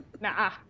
Nah